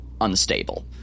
unstable